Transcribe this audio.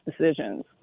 decisions